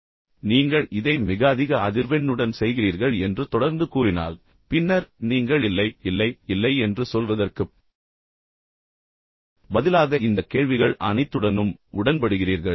இப்போது நீங்கள் இதை மிக அதிக அதிர்வெண்ணுடன் செய்கிறீர்கள் என்று தொடர்ந்து கூறினால் பின்னர் நீங்கள் இல்லை இல்லை இல்லை என்று சொல்வதற்குப் பதிலாக இந்த கேள்விகள் அனைத்துடனும் உடன்படுகிறீர்கள்